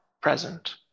present